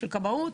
של הכבאות.